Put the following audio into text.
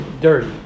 dirty